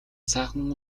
сайхан